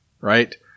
right